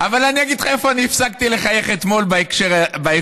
אבל אני אגיד לך איפה אני הפסקתי לחייך אתמול בהקשר הזה.